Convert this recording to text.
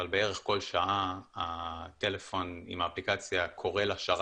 אבל בערך כל שעה הטלפון עם האפליקציה קורא לשרת